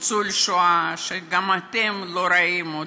ניצול שואה, שגם אתם לא רואים אותו,